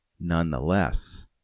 nonetheless